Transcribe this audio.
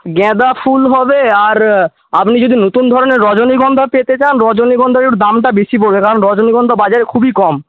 গাঁদা ফুল হবে আর আপনি যদি নতুন ধরনের রজনীগন্ধা পেতে চান রজনীগন্ধার দামটা বেশি পড়বে কারণ রজনীগন্ধা বাজারে খুবই কম